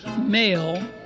male